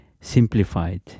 simplified